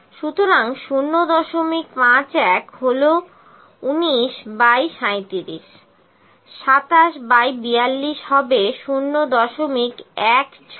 সুতরাং 051 হল 19 by 37 27 by 42 হবে 0164